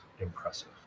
impressive